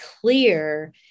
clear